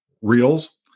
reels